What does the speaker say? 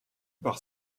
par